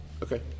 Okay